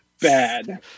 bad